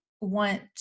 want